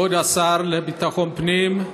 כבוד השר לביטחון פנים,